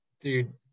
Dude